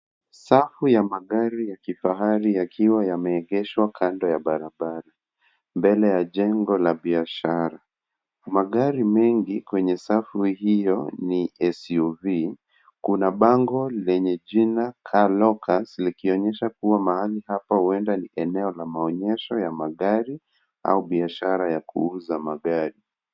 Safu ya magari ya kifahari yakiwa yameegeshwa kando ya barabara mbele ya jengo la biashara. Magari mengi kwenye safu hiyo ni SUV Kuna bango lenye jina Car Locus likionyesha kuwa mahali hapa huenda ni eneo la maonyesho ya magari au biashara ya kuuza magari.